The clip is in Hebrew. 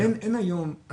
אבל --- אתה צודק.